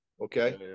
Okay